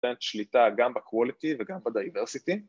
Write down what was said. נותנת שליטה גם ב-quality וגם ב-diversity